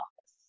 office